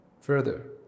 Further